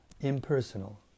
impersonal